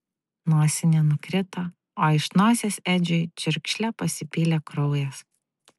nosinė nukrito o iš nosies edžiui čiurkšle pasipylė kraujas